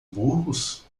burros